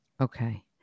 Okay